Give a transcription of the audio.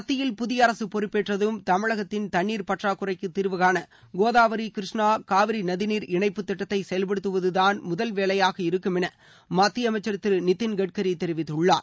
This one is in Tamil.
மத்தியில் புதிய அரசு பொறுப்பேற்றதும் தமிழகத்தின் தண்ணீர் பற்றாக்குறைக்குத் தீர்வு காண கோதாவரி கிருஷ்ணா காவிரி நதிநீர் இணைப்புத் திட்டத்தை செயல்படுத்துவதுதான் முதல் வேலையாக இருக்கும் என மத்திய அமைச்சர் திரு நிதின் கட்கரி தெரிவித்துள்ளார்